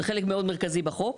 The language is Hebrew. זה חלק מאוד מרכזי בחוק.